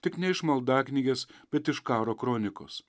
tik ne iš maldaknygės bet iš karo kronikos